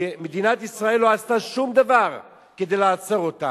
ומדינת ישראל לא עשתה שום דבר כדי לעצור אותם.